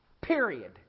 Period